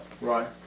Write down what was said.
Right